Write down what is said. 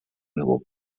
było